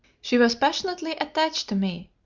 she was passionately attached to me,